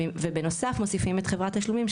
ובנוסף מוסיפים את חברת תשלומים,